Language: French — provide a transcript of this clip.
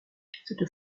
cette